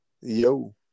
yo